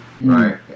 right